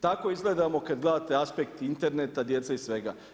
Tako izgledamo kada gledate aspekt Internet, djece i svega.